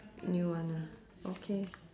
new one ah okay